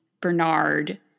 bernard